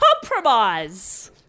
compromise